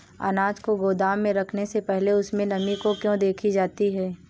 अनाज को गोदाम में रखने से पहले उसमें नमी को क्यो देखी जाती है?